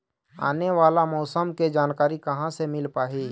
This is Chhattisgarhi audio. आने वाला मौसम के जानकारी कहां से मिल पाही?